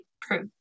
prove